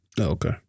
Okay